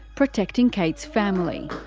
protecting kate's family.